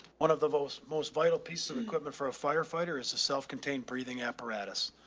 one of the most most vital piece of equipment for a firefighter is a self contained breathing apparatus.